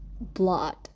blood